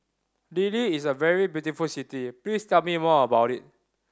Dili is a very beautiful city please tell me more about it